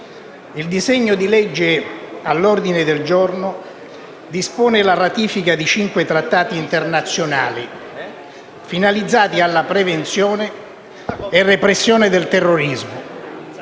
il disegno di legge all'ordine del giorno dispone la ratifica di cinque Trattati internazionali, finalizzati alla prevenzione e repressione del terrorismo.